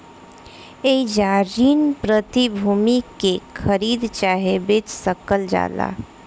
एइजा ऋण प्रतिभूति के खरीद चाहे बेच सकल जाला